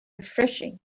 refreshing